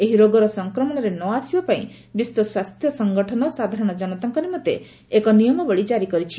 ଏହି ରୋଗର ସଂକ୍ରମଣରେ ନ ଆସିବା ପାଇଁ ବିଶ୍ୱ ସ୍ୱାସ୍ଥ୍ୟ ସଂଗଠନ ସାଧାରଣ ଜନତାଙ୍କ ନିମନ୍ତେ ଏକ ସାଧାରଣ ନିୟମାବଳୀ କାରି କରିଛି